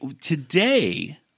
today